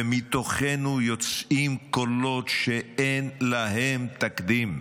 ומתוכנו יוצאים קולות שאין להם תקדים.